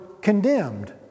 condemned